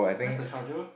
where's the charger